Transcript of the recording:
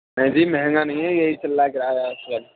اے جی مہنگا نہیں ہے یہی چل رہا ہے کرایہ آجکل